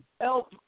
El